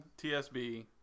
TSB